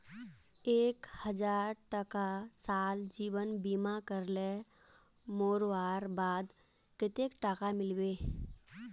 एक हजार टका साल जीवन बीमा करले मोरवार बाद कतेक टका मिलबे?